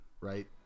right